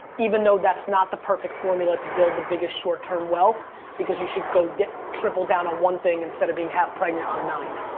even though that's not the perfect formula to build the biggest short term wealth because you should go triple down on ah one thing instead of being half pregnant on nine.